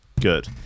Good